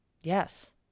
Yes